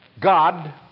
God